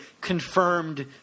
confirmed